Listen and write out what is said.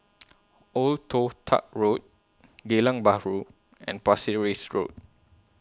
Old Toh Tuck Road Geylang Bahru and Pasir Ris Road